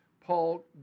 Paul